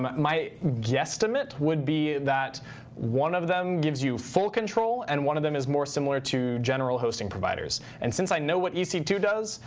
my guesstimate would be that one of them gives you full control and one of them is more similar to general hosting providers. and since i know what e c two does,